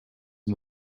and